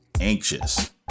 anxious